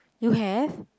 you have